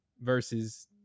versus